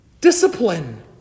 Discipline